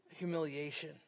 humiliation